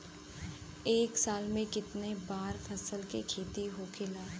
एक साल में कितना बार फसल के खेती होखेला?